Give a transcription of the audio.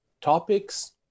topics